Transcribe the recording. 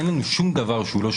אין לנו שום דבר שהוא לא שגרתי.